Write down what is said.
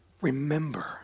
remember